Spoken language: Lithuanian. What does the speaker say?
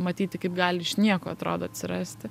matyti kaip gali iš nieko atrodo atsirasti